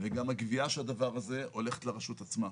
גם הגבייה של הדבר הזה הולכת לרשות עצמה.